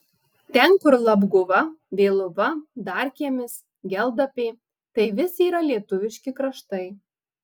ten kur labguva vėluva darkiemis geldapė tai vis yra lietuviški kraštai